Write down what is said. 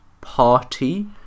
party